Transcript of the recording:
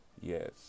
Yes